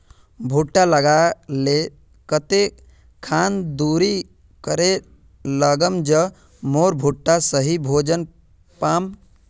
भुट्टा लगा ले कते खान दूरी करे लगाम ज मोर भुट्टा सही भोजन पाम?